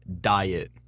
diet